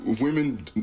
women